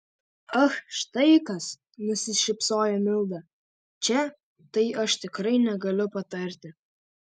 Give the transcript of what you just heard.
ach štai kas nusišypsojo milda čia tai aš tikrai negaliu patarti